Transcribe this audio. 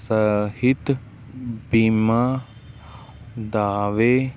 ਸਹਿਤ ਬੀਮਾ ਦਾਅਵੇ